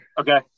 okay